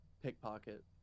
Pickpocket